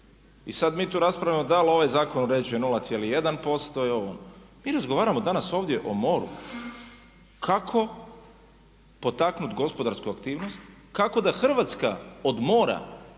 i sad mi tu raspravljamo dal' ovaj zakon uređuje 0,1% i ovo. Mi razgovaramo danas ovdje o moru. Kako potaknut gospodarsku aktivnost, kako da Hrvatska od mora